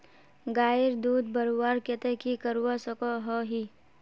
गायेर दूध बढ़वार केते की करवा सकोहो ही?